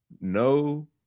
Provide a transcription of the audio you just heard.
No